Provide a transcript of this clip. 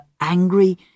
angry